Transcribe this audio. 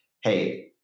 hey